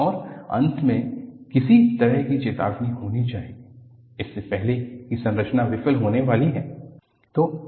और अंत में किसी तरह की चेतावनी होनी चाहिए इससे पहले कि संरचना विफल होने वाली है